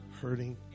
hurting